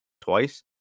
twice